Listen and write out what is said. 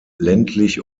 ländlich